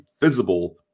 visible